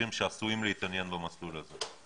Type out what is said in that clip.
שעשויים להתעניין במסלול הזה?